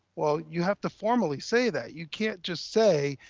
well, you have to formally say that you can't just say,